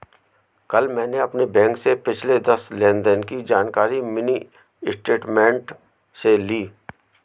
कल मैंने अपने बैंक से पिछले दस लेनदेन की जानकारी मिनी स्टेटमेंट से ली